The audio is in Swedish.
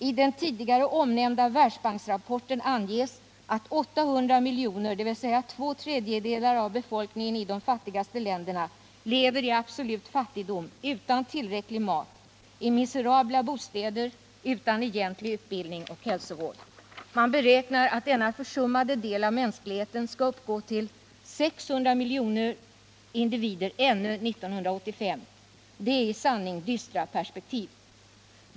I den tidigare omnämnda Världsbanksrapporten anges att 800 miljoner, dvs. två tredjedelar av befolkningen i de fattigaste länderna, lever i absolut fattigdom utan tillräcklig mat, i miserabla bostäder samt utan egentlig utbildning och hälsovård. Man beräknar att denna försummade del av mänskligheten skall uppgå till 600 miljoner individer ännu 1985. Det är i sanning dystra perspektiv.